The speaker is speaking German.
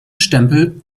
stempel